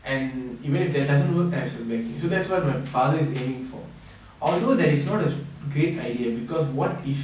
and even if it that doesn't work as well so that's what my father is aiming for although that is not as great idea because what if